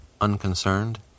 unconcerned